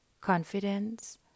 confidence